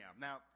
Now